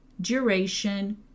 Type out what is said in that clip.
duration